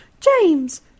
James